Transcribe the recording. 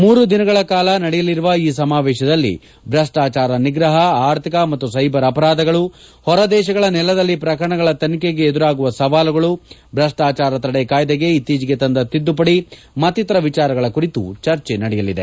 ಮೂರು ದಿನಗಳ ಕಾಲ ನಡೆಯಲಿರುವ ಈ ಸಮಾವೇಶದಲ್ಲಿ ಭ್ರಷ್ಟಾಚಾರ ನಿಗ್ರಹ ಆರ್ಥಿಕ ಮತ್ತು ಸ್ವೆಬರ್ ಅಪರಾಧಗಳು ಹೊರ ದೇಶಗಳ ನೆಲದಲ್ಲಿ ಪ್ರಕರಣಗಳ ತನಿಖೆಗೆ ಎದುರಾಗುವ ಸವಾಲುಗಳು ಭ್ರಷ್ಟಾಚಾರ ತದೆ ಕಾಯ್ದೆಗೆ ಇತ್ತೀಚೆಗೆ ತಂದ ತಿದ್ದುಪದಿ ಮತ್ತಿತರ ವಿಚಾರಗಳ ಕುರಿತು ಚರ್ಚೆ ನಡೆಯಲಿದೆ